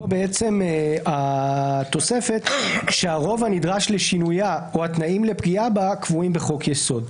פה התוספת "שהרוב הנדרש לשינויה או התנאים לפגיעה בה קבועים בחוק יסוד".